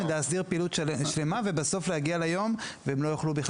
להסדיר פעילות שלמה ובסוף להגיע ליום והם לא יוכלו.